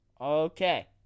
Okay